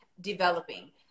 developing